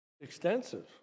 extensive